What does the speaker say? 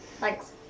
Thanks